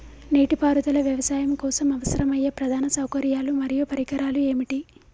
నీటిపారుదల వ్యవసాయం కోసం అవసరమయ్యే ప్రధాన సౌకర్యాలు మరియు పరికరాలు ఏమిటి?